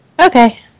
Okay